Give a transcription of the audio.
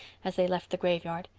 as they left the graveyard.